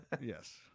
Yes